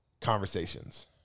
conversations